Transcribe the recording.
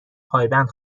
پایبند